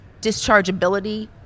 dischargeability